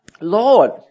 Lord